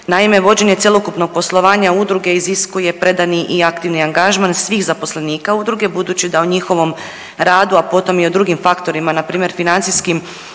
Naime, vođenje cjelokupnog poslovanja udruge iziskuje predani i aktivni angažman svih zaposlenika udruge budući da o njihovom radu, a potom i o drugim faktorima npr. financijskim